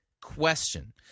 question